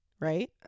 Right